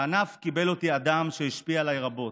לענף קיבל אותי אדם שהשפיע עליי רבות,